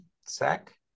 SEC